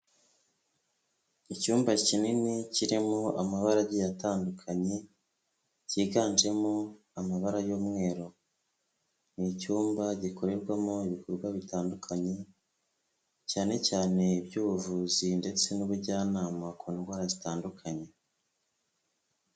Icyumba kinini kirimo amabara agiye atandukanye cyiganjemo amabara y'umweru, ni icyumba gikorerwamo ibikorwa bitandukanye cyane cyane iby'ubuvuzi ndetse n'ubujyanama ku ndwara zitandukanye.